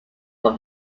from